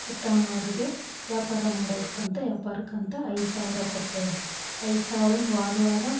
ಪುಟ್ಟಮ್ಮ ಅವರಿಗೆ ವ್ಯಾಪಾರ ಮಾಡೋದ್ಕಂತ ವ್ಯಾಪಾರಕ್ಕಂತ ಐದು ಸಾವಿರ ಕೊಟ್ಟೆ ಐದು ಸಾವಿರ ವಾರ ವಾರ